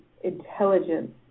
intelligence